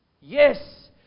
Yes